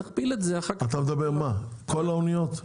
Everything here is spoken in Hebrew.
תכפיל את זה -- אתה מדבר על כל האניות,